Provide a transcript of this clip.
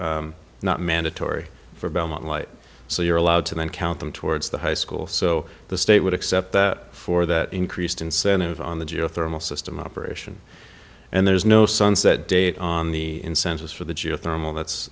not mandatory for belmont light so you're allowed to then count them towards the high school so the state would except for that increased incentive on the geothermal system operation and there's no sunset date on the incentives for the geothermal that's